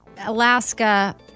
Alaska